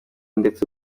ndetse